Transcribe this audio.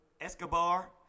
Escobar